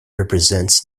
represents